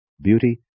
beauty